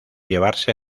llevarse